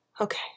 Okay